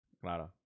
Claro